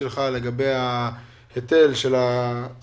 שלכם על ההיטל של ה-20%.